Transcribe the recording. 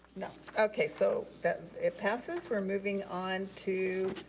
no, okay, so it passes. we're moving on to